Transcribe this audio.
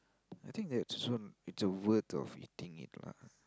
I think that's one it's a worth of eating it lah